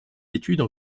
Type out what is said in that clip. études